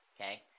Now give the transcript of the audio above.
Okay